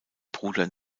bruder